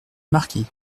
marquis